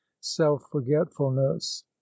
self-forgetfulness